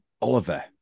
Oliver